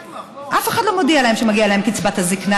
אף אחד לא מודיע להם שמגיעה להם קצבת הזקנה.